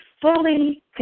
fully